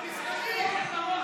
את יודעת מה קרה לו.